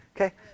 Okay